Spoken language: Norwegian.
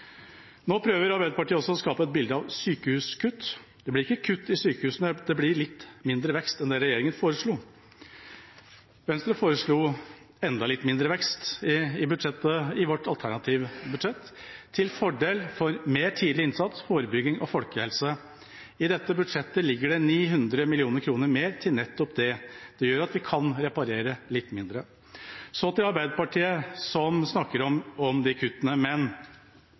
Nå prøver Arbeiderpartiet også å skape et bilde av sykehuskutt. Det blir ikke kutt i sykehusene, det blir litt mindre vekst enn det regjeringa foreslo. Venstre foreslo enda litt mindre vekst i budsjettet i sitt alternative budsjett til fordel for mer tidlig innsats, forebygging og folkehelse. I dette budsjettet ligger det 900 mill. kr mer til nettopp det. Det gjør at vi kan reparere litt mindre. Så til Arbeiderpartiet, som snakker om disse kuttene: